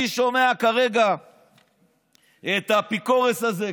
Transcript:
אני שומע כרגע את האפיקורוס הזה,